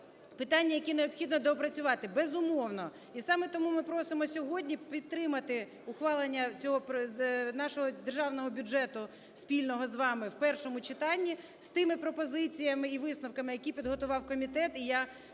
питання, які необхідно доопрацювати? Безумовно. І саме тому ми просимо сьогодні підтримати ухвалення цього нашого Державного бюджету, спільного з вами, в першому читанні з тими пропозиціями і висновками, які підготував комітет. І також